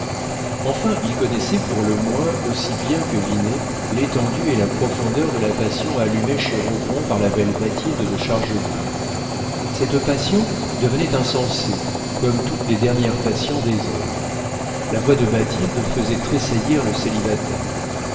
enfin il connaissait pour le moins aussi bien que vinet l'étendue et la profondeur de la passion allumée chez rogron par la belle bathilde de chargebœuf cette passion devenait insensée comme toutes les dernières passions des hommes la voix de bathilde faisait tressaillir le